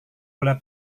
bola